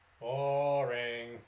Boring